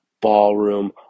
ballroom